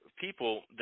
people